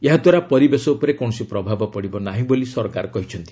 ଏହାଦ୍ୱାରା ପରିବେଶ ଉପରେ କୌଣସି ପ୍ରଭାବ ପଡ଼ିବ ନାହିଁ ବୋଲି ସରକାର କହିଛନ୍ତି